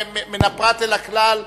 מן הפרט אל הכלל,